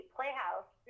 Playhouse